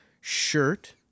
shirt